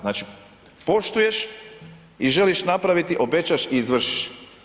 Znači poštuješ i želiš napraviti, obećaš i izvršiš.